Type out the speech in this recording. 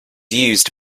used